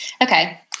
Okay